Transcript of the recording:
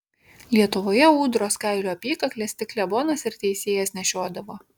lietuvoje ūdros kailio apykakles tik klebonas ir teisėjas nešiodavo